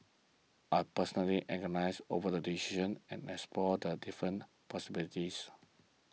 I personally agonised over the Decision and Explored different possibilities